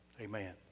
amen